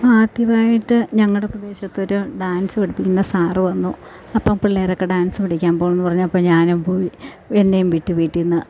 ആദ്യമായിട്ട് ഞങ്ങളുടെ പ്രദേശത്തൊരു ഡാൻസ് പഠിപ്പിക്കുന്ന സാർ വന്നു അപ്പം പിള്ളേർ ഒക്കെ ഡാൻസ് പഠിക്കാൻ പോവണം എന്ന് പറഞ്ഞു അപ്പം ഞാനും പോയി എന്നെയും വിട്ടു വീട്ടിൽ നിന്ന്